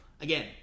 again